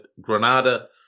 Granada